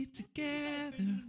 together